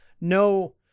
no